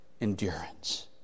endurance